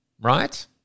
Right